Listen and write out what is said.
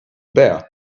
bare